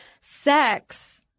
sex